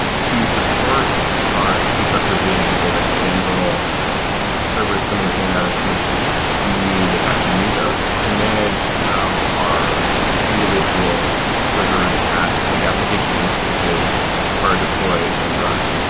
to support our infrastructure being able to handle like servers coming in and out of commission, we use apache mesos to manage how our individual server tasks, like application instances are deployed and run.